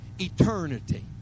eternity